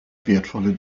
wertvolle